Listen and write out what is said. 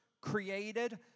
created